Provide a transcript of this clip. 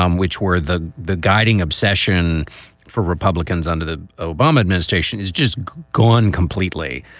um which were the the guiding obsession for republicans under the obama administration has just gone completely.